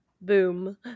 Boom